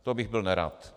To bych byl nerad.